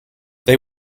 they